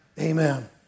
Amen